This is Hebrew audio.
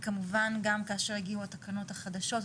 וכמובן גם כאשר יגיעו התקנות החדשות,